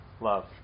love